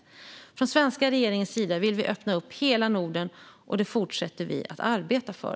Från den svenska regeringens sida vill vi öppna upp hela Norden, och det fortsätter vi att arbeta för.